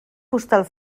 postal